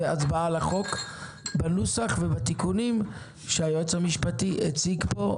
והצבעה על החוק בנוסח ובתיקונים שהיועץ המשפטי הציג פה.